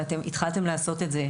ואתם התחלתם לעשות את זה,